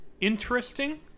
interesting